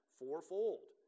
fourfold